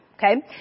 Okay